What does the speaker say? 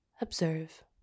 Observe